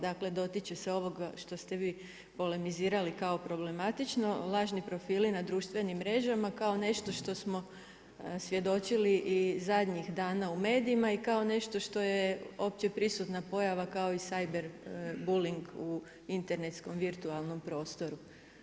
Dakle, dotiče se ovoga što ste vi polemizirali kao problematično, lažni profili na društvenim mrežama kao nešto što smo svjedočili i zadnjih dana u medijima i kao nešto što je opće prisutna pojava kao i ciber buling u internetskom virtualnom prostoru.